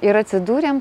ir atsidūrėm